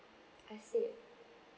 I see